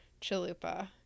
chalupa